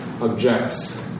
objects